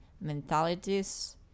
mentalities